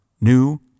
new